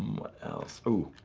what else. ooh!